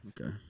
Okay